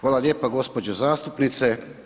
Hvala lijepo gospođa zastupnice.